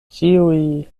ĉiuj